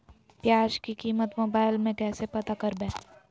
प्याज की कीमत मोबाइल में कैसे पता करबै?